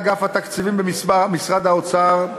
ששר האוצר הבטיח,